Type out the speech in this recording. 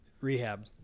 rehab